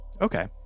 Okay